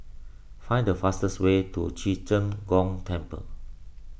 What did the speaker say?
find the fastest way to Ci Zheng Gong Temple